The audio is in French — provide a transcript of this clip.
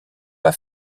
pas